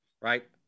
right